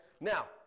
Now